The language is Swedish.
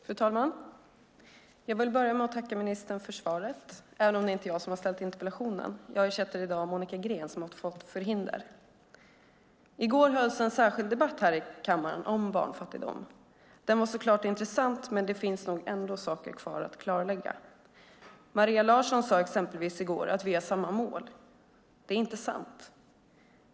Fru talman! Jag vill börja med att tacka ministern för svaret, även om det inte är jag som har ställt interpellationen. Jag ersätter i dag Monica Green, som har fått förhinder. I går hölls en särskild debatt här i kammaren om barnfattigdom. Den var så klart intressant, men det finns nog ändå saker kvar att klarlägga. Maria Larsson sade exempelvis i går att vi har samma mål. Det är inte sant.